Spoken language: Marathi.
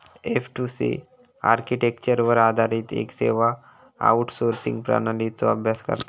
एफ.टू.सी आर्किटेक्चरवर आधारित येक सेवा आउटसोर्सिंग प्रणालीचो अभ्यास करता